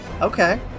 Okay